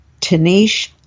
Tanish